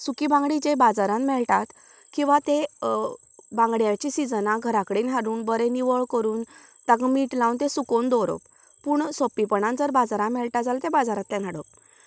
सुकी बांगडे जे बाजारांत मेळटात किंवां ते बांगड्याचे सिजना घरा कडेन घालून बरे निवळ करून ताका मीठ लावन ते सुकोवन दवरप पूण सोंपेपणान जर बाजारांत मेळटा जाल्यार ते बाजारांतल्यान हाडप